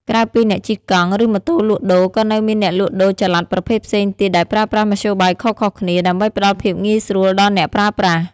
ក្រៅពីអ្នកជិះកង់ ឬម៉ូតូលក់ដូរ ក៏នៅមានអ្នកលក់ដូរចល័តប្រភេទផ្សេងទៀតដែលប្រើប្រាស់មធ្យោបាយខុសៗគ្នា ដើម្បីផ្តល់ភាពងាយស្រួលដល់អ្នកប្រើប្រាស់។